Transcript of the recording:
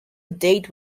date